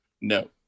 no